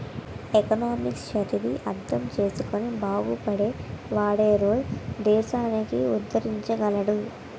economics చదివి అర్థం చేసుకుని బాగుపడే వాడేరోయ్ దేశాన్ని ఉద్దరించగలడు